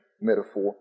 metaphor